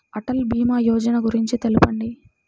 అటల్ భీమా యోజన గురించి తెలుపండి?